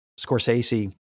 Scorsese